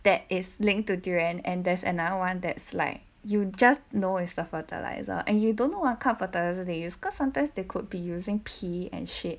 that is linked to durian and there's another [one] that's like you just know is the fertiliser and you don't know what kind of fertilisers they use cause sometimes they could be using pee and shit